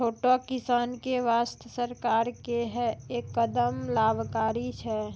छोटो किसान के वास्तॅ सरकार के है कदम लाभकारी छै